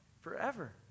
forever